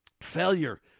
failure